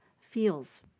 feels